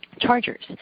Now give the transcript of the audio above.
chargers